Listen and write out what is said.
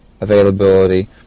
availability